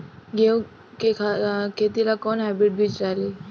गेहूं के खेती ला कोवन हाइब्रिड बीज डाली?